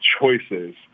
choices